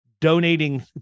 donating